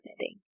Knitting